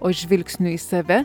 o žvilgsniui į save